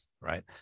right